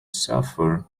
suffer